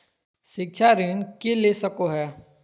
शिक्षा ऋण के ले सको है?